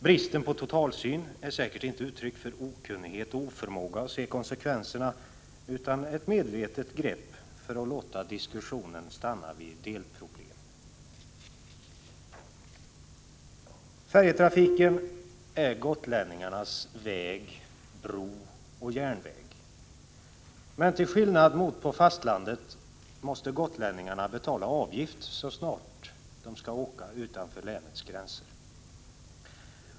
Bristen på totalsyn är säkert inte uttryck för okunnighet och oförmåga att se konsekvenserna, utan ett medvetet grepp för att låta diskussionen stanna vid delproblem. Färjetrafiken är gotlänningarnas väg, bro och järnväg. Men till skillnad från på fastlandet måste gotlänningarna betala ”avgift” så snart de skall åka utanför länets gränser.